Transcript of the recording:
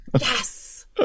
Yes